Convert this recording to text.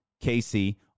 Casey